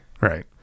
Right